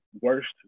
worst